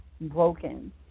broken